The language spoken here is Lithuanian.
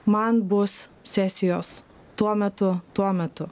man bus sesijos tuo metu tuo metu